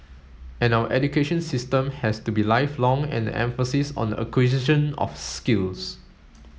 and our education system has to be lifelong and emphasis on the acquisition of skills